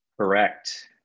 Correct